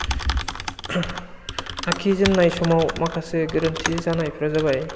आखिजेननाय समाव माखासे गोरोन्थि जानायफ्रा जाबाय